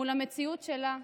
המציאות שלה,